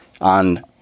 on